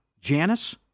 Janice